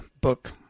book